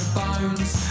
bones